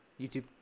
YouTube